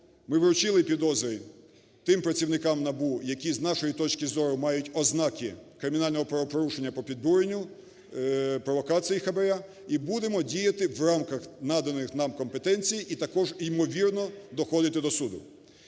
ми вручили підозри тим працівникам НАБУ, які, з нашої точки зору, мають ознаки кримінального правопорушення по підбуренню провокації хабара. І будемо діяти в рамках наданих нам компетенцій і також ймовірно доходити до суду.